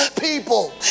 people